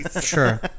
Sure